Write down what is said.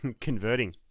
Converting